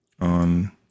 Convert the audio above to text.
on